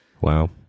Wow